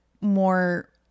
more